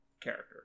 character